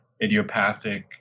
idiopathic